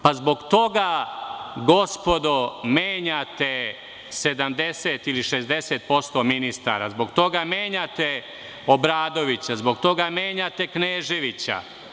Pa zbog toga gospodo menjate 70% ili 60% ministara, zbog toga menjate Obradovića, zbog toga menjate Kneževića.